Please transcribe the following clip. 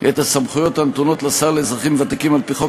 את הסמכויות הנתונות לשר לאזרחים ותיקים על-פי חוק